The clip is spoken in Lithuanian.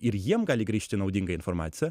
ir jiem gali grįžti naudinga informacija